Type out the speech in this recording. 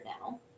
now